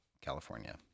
California